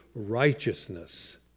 righteousness